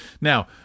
Now